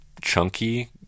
chunky